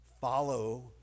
follow